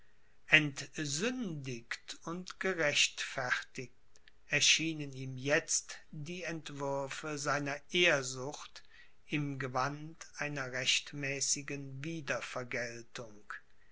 entsündigt und gerechtfertigt erschienen ihm jetzt die entwürfe seiner ehrsucht im gewand einer rechtmäßigen wiedervergeltung